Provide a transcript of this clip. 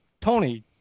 Tony